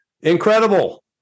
Incredible